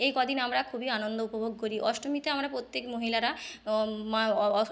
এই কদিন আমরা খুবই আনন্দ উপভোগ করি অষ্টমীতে আমরা প্রত্যেক মহিলারা